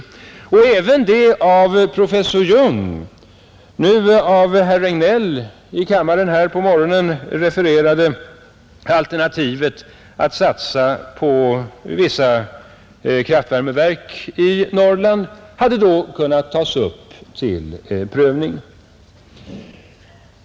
Även det av professor Jung nu av herr Regnéll i kammaren här refererade alternativet att satsa på vissa värmekraftverk i Norrland hade då kunnat tagas upp till prövning.